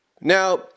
Now